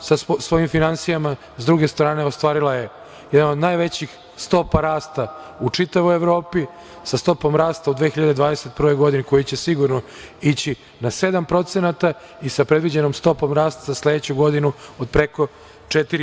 sa svojim finansijama, sa druge strane ostvarila je jedan od najvećih stopa rasta u čitavoj Evropi, sa stopom rasta u 2021. godine, koji će sigurno ići na 7% i sa predviđenom stopom rasta za sledeću godinu, od preko 4%